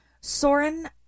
Soren